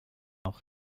auch